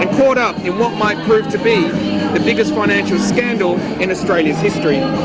and caught up in what might prove to be the biggest financial scandal in australia's history.